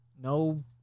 no